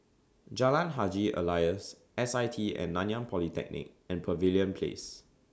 Jalan Haji Alias S I T and Nanyang Polytechnic and Pavilion Place